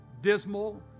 dismal